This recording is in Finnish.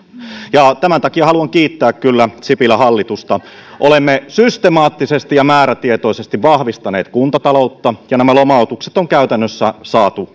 tämän takia haluan kiittää kyllä sipilän hallitusta olemme systemaattisesti ja määrätietoisesti vahvistaneet kuntataloutta ja nämä lomautukset on käytännössä saatu